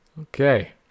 okay